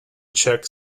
czech